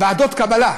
ועדות קבלה: